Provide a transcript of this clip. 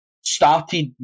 started